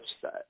set